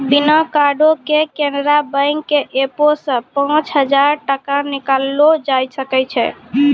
बिना कार्डो के केनरा बैंक के एपो से पांच हजार टका निकाललो जाय सकै छै